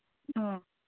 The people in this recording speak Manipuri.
ꯑꯣ